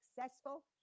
successful